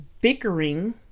bickering